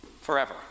forever